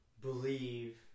believe